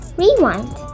rewind